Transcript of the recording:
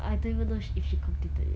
I don't even know sh~ if she completed it